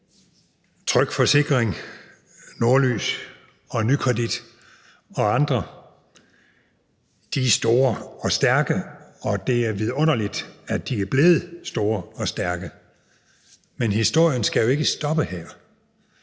Tryg Forsikring, Norlys og Nykredit og andre. De er store og stærke, og det er vidunderligt, at de er blevet store og stærke. Men historien skal jo ikke stoppe her.